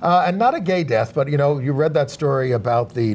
and not a gay death but you know you read that story about the